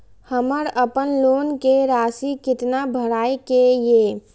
हमर अपन लोन के राशि कितना भराई के ये?